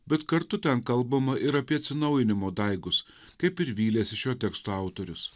bet kartu ten kalbama ir apie atsinaujinimo daigus kaip ir vylėsi šio teksto autorius